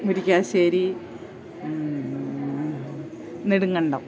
Murickassery Nedumkandam